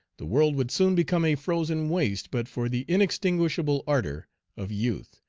the world would soon become a frozen waste but for the inextinguishable ardor of youth,